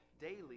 daily